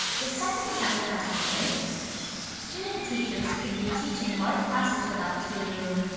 the second example question is student teachers could be teaching large classes with up to